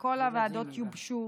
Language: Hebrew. כל הוועדות יובשו